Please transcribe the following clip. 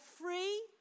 free